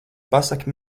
pasaki